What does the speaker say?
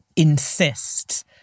insist